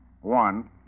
One